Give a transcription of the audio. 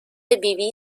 بیبی